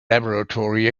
laboratory